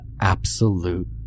absolute